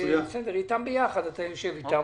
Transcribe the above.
איתם ביחד, אתה יושב איתם.